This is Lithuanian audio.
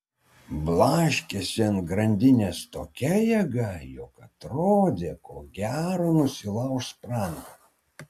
blaškėsi ant grandinės tokia jėga jog atrodė ko gero nusilauš sprandą